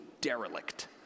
derelict